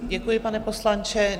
Děkuji, pane poslanče.